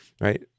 right